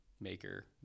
maker